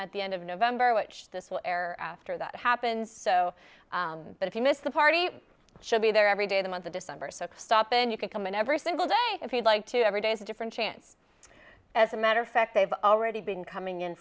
the end of november which this will air after that happens so but if you miss the party should be there every day the month of december so stop and you could come in every single day if you'd like to every day's a different chance as a matter of fact they've already been coming in